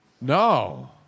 No